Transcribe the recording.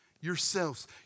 yourselves